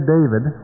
David